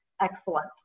excellent